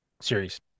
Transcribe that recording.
series